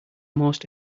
most